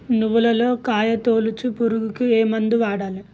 నువ్వులలో కాయ తోలుచు పురుగుకి ఏ మందు వాడాలి?